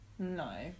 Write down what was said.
No